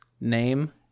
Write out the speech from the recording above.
name